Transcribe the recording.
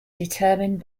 determined